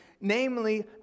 namely